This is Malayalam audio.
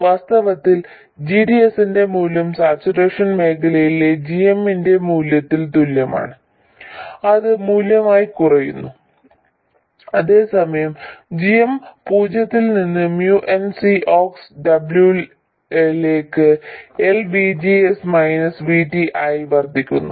വാസ്തവത്തിൽ g d s ന്റെ മൂല്യം സാച്ചുറേഷൻ മേഖലയിലെ g m ന്റെ മൂല്യത്തിന് തുല്യമാണ് അത് പൂജ്യമായി കുറയുന്നു അതേസമയം g m പൂജ്യത്തിൽ നിന്ന് mu n C ox W ലേക്ക് L VGS മൈനസ് VT ആയി വർദ്ധിക്കുന്നു